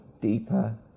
deeper